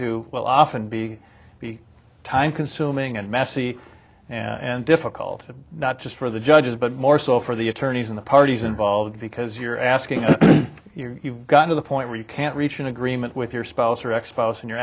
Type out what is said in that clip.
to will often be time consuming and messy and difficult not just for the judges but more so for the attorneys and the parties involved because you're asking if you've got to the point where you can't reach an agreement with your spouse or x files and you're